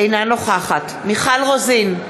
אינה נוכחת מיכל רוזין,